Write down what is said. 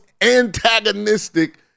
antagonistic